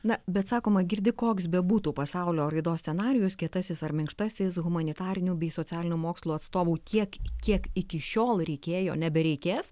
na bet sakoma girdi koks bebūtų pasaulio raidos scenarijus kietasis ar minkštasis humanitarinių bei socialinių mokslų atstovų tiek kiek iki šiol reikėjo nebereikės